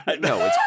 no